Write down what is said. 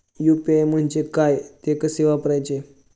UPI म्हणजे काय, ते कसे वापरायचे?